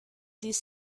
these